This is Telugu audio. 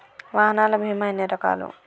వాహనాల బీమా ఎన్ని రకాలు?